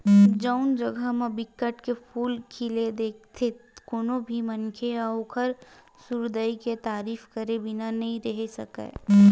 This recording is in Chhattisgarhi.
जउन जघा म बिकट के फूल खिले दिखथे कोनो भी मनखे ह ओखर सुंदरई के तारीफ करे बिना नइ रहें सकय